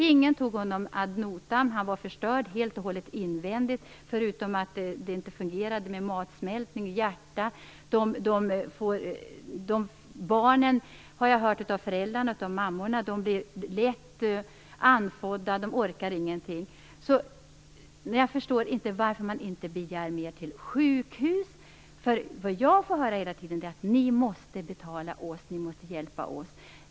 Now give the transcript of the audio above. Ingen tog honom ad notam. Han var förstörd helt och hållet invändigt. Matsmältning, hjärta m.m. fungerade inte bra. Mödrar säger att barnen blir lätt anfådda och inte orkar någonting. Jag förstår inte varför man inte begär mer hjälp till sjukhus. Jag får hela tiden höra: Ni måste betala oss och hjälpa oss.